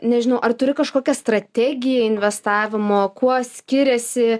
nežinau ar turi kažkokią strategiją investavimo kuo skiriasi